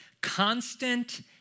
constant